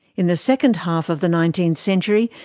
in the second half of the nineteenth century,